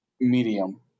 medium